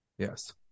Yes